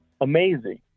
amazing